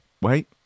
Wait